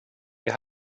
wir